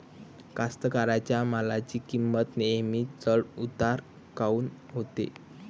कास्तकाराइच्या मालाची किंमत नेहमी चढ उतार काऊन होते?